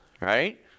right